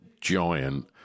giant